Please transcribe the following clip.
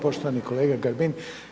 Poštovani kolega Grbin.